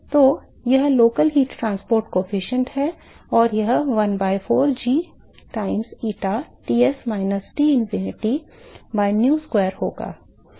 तो यह स्थानीय ताप परिवहन गुणांक है और यह 1 by 4 g times eta Ts minus Tinfinity by nu square होगा